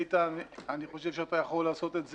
איתן, אני חושב שאתה יכול לעשות את זה.